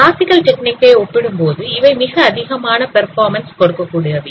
classical technique ஐ ஒப்பிடும்போது இவை மிக அதிகமான பெர்ஃபார்மென்ஸ் கொடுக்கக்கூடியவை